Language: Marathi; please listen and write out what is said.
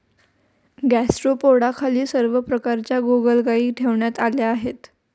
गॅस्ट्रोपोडाखाली सर्व प्रकारच्या गोगलगायी ठेवण्यात आल्या आहेत